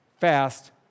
fast